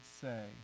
say